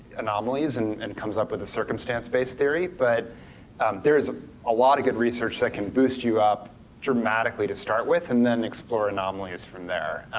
anomalies and and comes up with a circumstance-based theory, but there's a lot of good research that can boost you up dramatically to start with, and then explore anomalies anomalies from there.